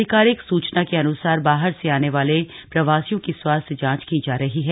अधिकारिक सूचना के अनुसार वाहर से आने वाले वाले प्रवासियों की स्वास्थ्य जांच की जा रही है